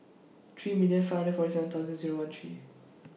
three million five hundred forty seven Zero one three